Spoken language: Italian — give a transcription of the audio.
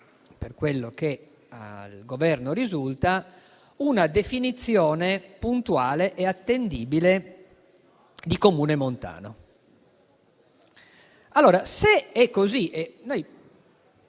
per quello che al Governo risulta, una definizione puntuale e attendibile di Comune montano. Noi prendiamo